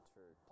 True